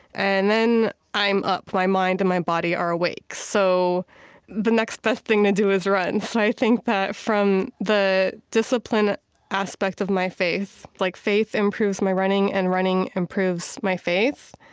and then i'm up. my mind and my body are awake. so the next best thing to do is run. so i think that from the discipline aspect of my faith, like faith improves my running, and running improves my faith.